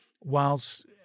whilst